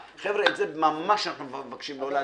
חבר'ה, את זה אנחנו ממש מבקשים לא להדליף.